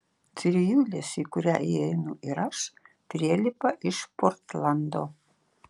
trijulės į kurią įeinu ir aš prielipa iš portlando